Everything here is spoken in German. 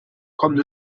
kommt